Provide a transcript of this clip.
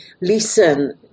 listen